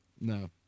No